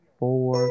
four